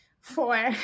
Four